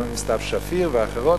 גם סתיו שפיר ואחרות,